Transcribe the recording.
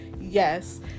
yes